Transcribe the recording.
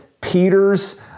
Peter's